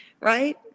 right